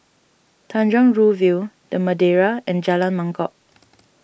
Tanjong Rhu View the Madeira and Jalan Mangkok